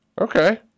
Okay